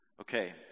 Okay